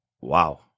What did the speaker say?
wow